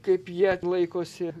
kaip jie laikosi